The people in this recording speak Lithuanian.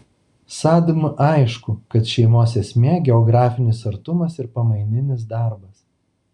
sadm aišku kad šeimos esmė geografinis artumas ir pamaininis darbas